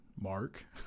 mark